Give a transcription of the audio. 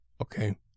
Okay